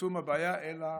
לצמצום הבעיה אלא,